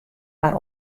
mar